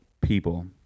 people